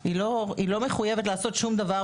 היא לא מחויבת לעשות שום דבר.